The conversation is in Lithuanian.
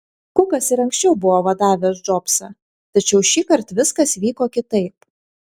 kukas ir anksčiau buvo vadavęs džobsą tačiau šįkart viskas vyko kitaip